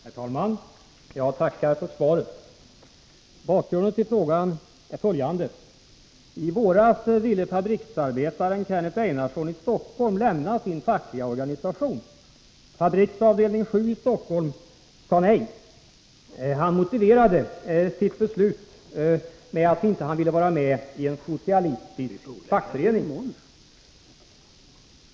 Herr talman! Jag tackar för svaret. Bakgrunden till frågan är följande: I våras ville fabriksarbetaren Kenneth Einarsson i Stockholm lämna sin fackliga organisation, Fabriks avdelning 7 i Stockholm. Han motiverade sitt beslut med att han inte ville vara med i en ”socialistisk fackförening”.